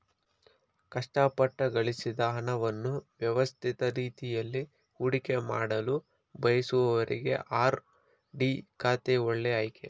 ಕಷ್ಟಪಟ್ಟು ಗಳಿಸಿದ ಹಣವನ್ನು ವ್ಯವಸ್ಥಿತ ರೀತಿಯಲ್ಲಿ ಹೂಡಿಕೆಮಾಡಲು ಬಯಸುವವರಿಗೆ ಆರ್.ಡಿ ಖಾತೆ ಒಳ್ಳೆ ಆಯ್ಕೆ